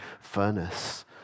furnace